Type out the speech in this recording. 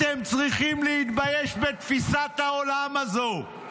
אתם צריכים להתבייש בתפיסת העולם הזאת.